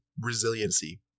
resiliency